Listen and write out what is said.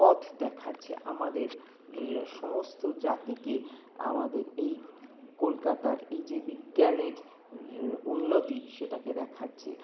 পথ দেখাচ্ছে আমাদের সমস্ত জাতিকে আমাদের এই কলকাতার এই যে বিজ্ঞানের উন্নতি সেটাকে দেখাচ্ছে